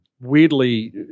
weirdly